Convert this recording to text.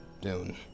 Dune